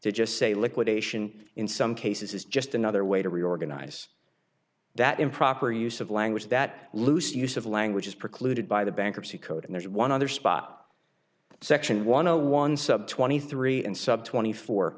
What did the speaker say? to just say liquidation in some cases is just another way to reorganize that improper use of language that loose use of language is precluded by the bankruptcy code and there's one other spot section one hundred one sub twenty three and sub twenty four